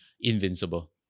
invincible